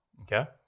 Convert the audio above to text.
Okay